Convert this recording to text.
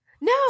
No